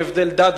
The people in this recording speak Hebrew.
בלי הבדלי דת,